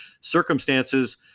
Circumstances